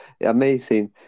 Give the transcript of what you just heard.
amazing